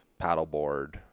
paddleboard